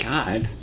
God